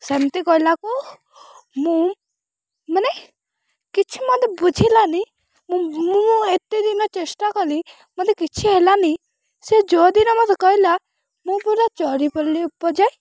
ସେ ସେମିତି କହିଲାକୁ ମୁଁ ମାନେ କିଛି ମୋତେ ବୁଝିଲାନି ମୁଁ ମୁଁ ଏତେ ଦିନ ଚେଷ୍ଟା କଲି ମୋତେ କିଛି ହେଲାନି ସେ ଯେଉଁ ଦିନ ମୋତେ କହିଲା ମୁଁ ପୁରା ଚଢ଼ିଗଲି ଉପର ଯାଏଁ